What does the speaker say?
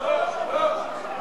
לא לא, לא שמית.